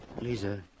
Lisa